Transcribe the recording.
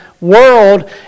world